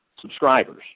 subscribers